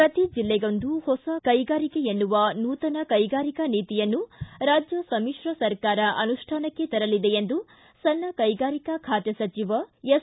ಪ್ರತಿ ಜಿಲ್ಲೆಗೊಂದು ಹೊಸ ಕೈಗಾರಿಕೆ ಎನ್ನುವ ನೂತನ ಕೈಗಾರಿಕಾ ನೀತಿಯನ್ನು ರಾಜ್ಯ ಸಮಿಶ್ರ ಸರ್ಕಾರ ಅನುಷ್ಠಾನಕ್ಕೆ ತರಲಿದೆ ಎಂದು ಸಣ್ಣ ಕೈಗಾರಿಕೆ ಖಾತೆ ಸಚಿವ ಎಸ್